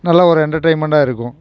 நல்லா ஒரு எண்டர்டெயின்மெண்ட்டாக இருக்கும்